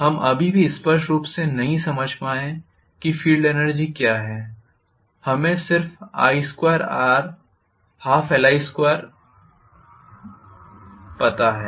हम अभी भी स्पष्ट रूप से नहीं समझ पाए हैं कि फील्ड एनर्जी क्या है हमें सिर्फ़ 12Li2पता है